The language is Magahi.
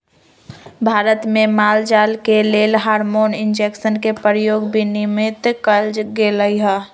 भारत में माल जाल के लेल हार्मोन इंजेक्शन के प्रयोग विनियमित कएल गेलई ह